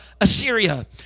Assyria